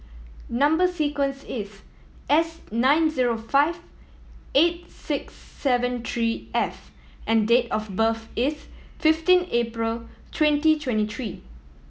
number sequence is S nine zero five eight six seven three F and date of birth is fifteen April twenty twenty three